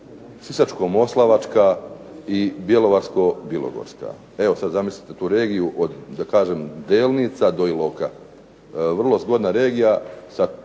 Sisačko-moslavačka i Bjelovarsko-bilogorska. Evo sad zamislite tu regiju od da kažem Delnica do Iloka. Vrlo zgodna regija sa